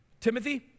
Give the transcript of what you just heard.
Timothy